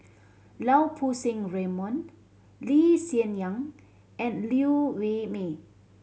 Lau Poo Seng Raymond Lee Hsien Yang and Liew Wee Mee